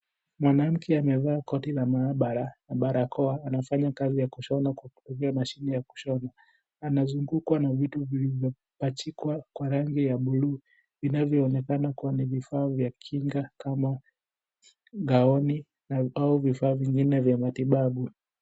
Mwanamke amevaa koti la maabara na barakoa anafanya kazi ya kushona kwa kutumia mashine ya kushona. Anazungukwa na vitu vilivyopachikwa kwa rangi ya bluu vinavyoonekana kuwa ni vifaa vya kinga kama gauni na vifaa vingine vya matibabu.